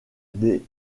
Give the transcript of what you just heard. des